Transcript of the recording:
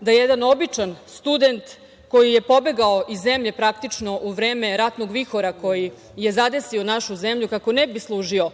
da jedan običan student, koji je pobegao iz zemlje praktično u vreme ratnog vihora, koji je zadesio našu zemlju, kako ne bi služio